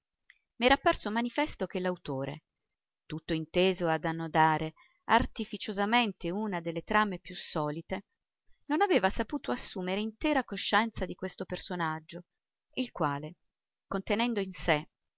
romanzo m'era apparso manifesto che l'autore tutto inteso ad annodare artificiosamente una delle trame più solite non aveva saputo assumere intera coscienza di questo personaggio il quale contenendo in sé